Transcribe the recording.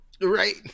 Right